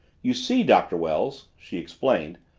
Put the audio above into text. you see, doctor wells, she explained,